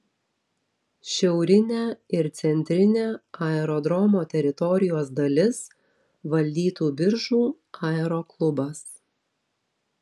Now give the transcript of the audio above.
šiaurinę ir centrinę aerodromo teritorijos dalis valdytų biržų aeroklubas